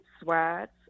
sweats